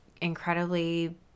incredibly